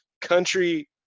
country